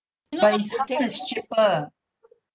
but is is cheaper